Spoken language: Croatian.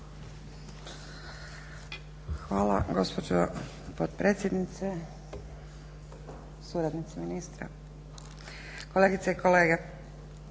Hvala gospođo potpredsjednice, suradnici ministra, kolegice i kolege.